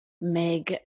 Meg